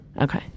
Okay